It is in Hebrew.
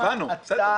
הבנו, בסדר.